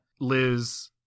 Liz